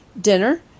dinner